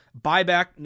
buyback